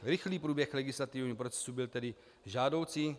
Rychlý průběh legislativního procesu byl tedy žádoucí.